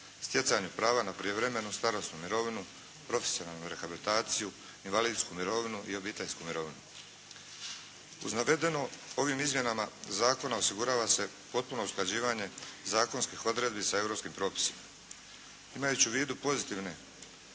stjecanju prava na prijevremenu starosnu mirovinu, profesionalnu rehabilitaciju, invalidsku mirovinu i obiteljsku mirovinu. Uz navedeno ovim izmjenama zakona osigurava se potpuno usklađivanje zakonskih odredbi sa europskim propisima. Imajući u vidu pozitivne